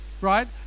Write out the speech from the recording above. right